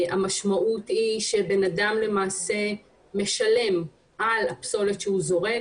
המשמעות היא שבן אדם משלם על הפסולת שהוא זורק,